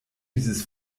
dieses